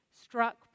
struck